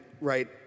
right